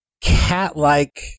cat-like